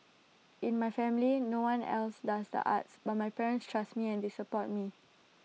in my family no one else does the arts but my parents trust me and they support me